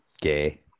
Gay